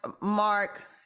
Mark